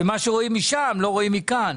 ומה שרואים משם לא רואים מכאן.